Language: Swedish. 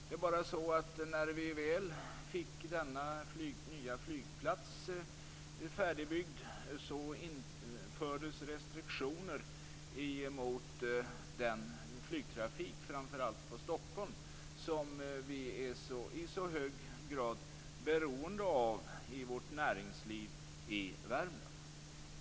Det är bara så att när vi väl fick denna nya flygplats färdigbyggd infördes restriktioner för vår flygtrafik, framför allt på Stockholm, som näringslivet i Värmland i så hög grad är beroende av.